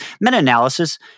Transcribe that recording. meta-analysis